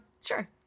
Sure